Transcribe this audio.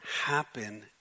happen